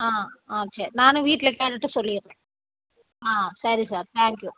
ஆ ஆ செரி நானும் வீட்டில் கேட்டுட்டு சொல்லிடுறேன் ஆ சரி சார் தேங்க்யூ